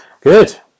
Good